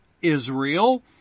Israel